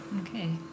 Okay